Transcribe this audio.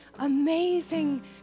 amazing